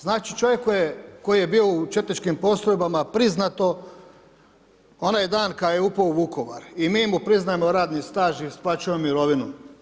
Znači čovjek koji je bio u četničkim postrojbama priznato onaj dan kada je upao u Vukovar i mi mu priznajemo radni staž i isplaćujemo mirovinu.